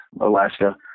Alaska